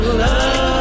love